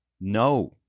No